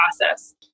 process